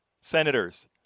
senators